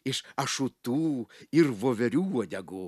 iš ašutų ir voverių uodegų